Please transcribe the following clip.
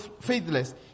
faithless